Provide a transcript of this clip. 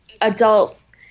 adults